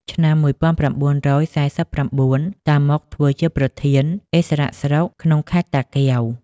ឆ្នាំ១៩៤៩ តាម៉ុក ធ្វើជាប្រធានឥស្សរៈស្រុក ក្នុងខេត្ត តាកែវ ។